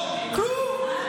כלום.